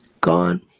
Gone